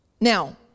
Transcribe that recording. Now